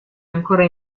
ancora